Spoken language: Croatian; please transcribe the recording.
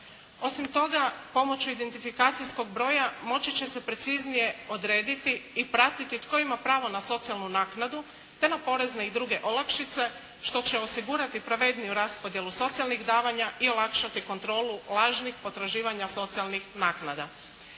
Osim toga, pomoću identifikacijskog broja moći će se preciznije odrediti i pratiti tko ima pravo na socijalnu naknadu, te na porezne i druge olakšice, što će osigurati pravedniju raspodjelu socijalnih davanja i olakšati kontrolu lažnih potraživanja socijalnih naknada.